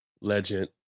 legend